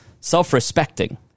self-respecting